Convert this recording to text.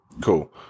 Cool